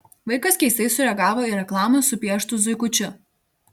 vaikas keistai sureagavo į reklamą su pieštu zuikučiu